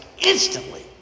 instantly